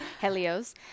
Helios